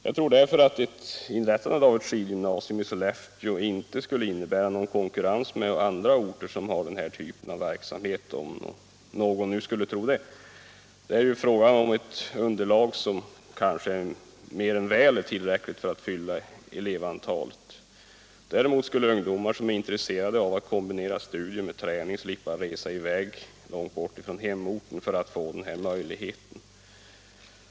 Jag tror därför att inrättandet av ett skidgymnasium i Sollefteå inte skulle innebära någon konkurrens med andra orter som har den här typen av verksamhet. Det är ju fråga om ett underlag som kanske mer än väl är tillräckligt för att fylla elevantalet. Däremot skulle ungdomar som är intresserade av att kombinera studier med träning slippa resa långt bort från hemorten för att få den här möjligheten.